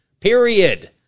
Period